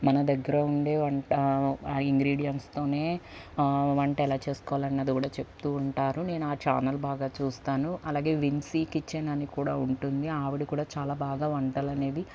మన దగ్గర ఉండే వంట ఆ ఇంగ్రీడియెంట్స్తో వంట ఎలా చేసుకోవాలో అన్నది కూడా చెప్తు ఉంటారు నేను ఆ చానెల్ బాగా చూస్తాను అలాగే విన్సీ కిచెన్ అని కూడా ఉంటుంది ఆవిడ కూడ వంట చాలా బాగా వంటలు అనేది